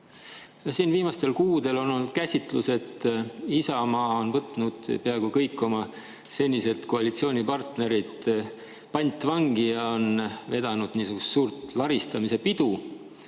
Viimastel kuudel on siin olnud käsitlus, et Isamaa on võtnud peaaegu kõik oma senised koalitsioonipartnerid pantvangi ja vedanud niisugust suurt laristamispidu.